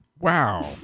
Wow